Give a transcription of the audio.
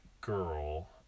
girl